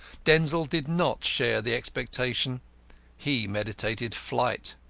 denzil did not share the expectation he meditated flight.